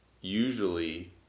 usually